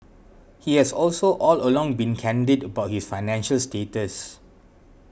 he has also all along been candid about his financial status